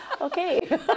Okay